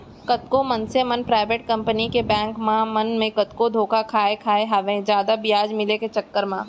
कतको मनसे मन पराइबेट कंपनी के बेंक मन म कतको धोखा खाय खाय हवय जादा बियाज मिले के चक्कर म